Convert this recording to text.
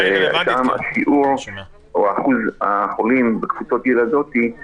גם שיעור החולים בקבוצות הילדים עלה